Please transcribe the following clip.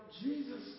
Jesus